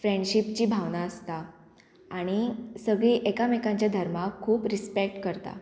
फ्रेंडशीपची भावना आसता आनी सगळीं एकामेकांच्या धर्माक खूब रिस्पेक्ट करता